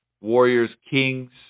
Warriors-Kings